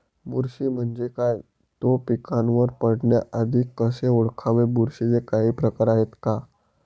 बुरशी म्हणजे काय? तो पिकावर पडण्याआधी कसे ओळखावे? बुरशीचे काही प्रकार आहेत का?